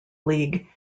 league